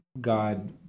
God